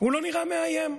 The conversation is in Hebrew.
הוא לא נראה מאיים.